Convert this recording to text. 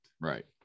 Right